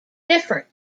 different